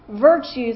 virtues